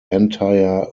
entire